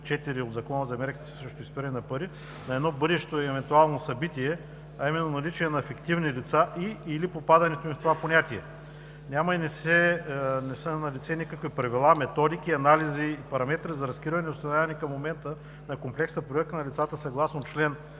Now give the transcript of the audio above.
4 от Закона за мерките срещу изпирането на пари на едно бъдещо евентуално събитие, а именно наличие на фиктивни лица и/или попадането им в това понятие. Няма и не са налице никакви правила, методики, анализи и параметри за разкриване и установяване към момента на комплексна проверка на лицата съгласно чл.